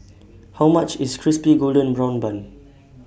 How much IS Crispy Golden Brown Bun